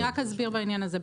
אני רק אסביר בעניין הזה,